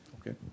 Okay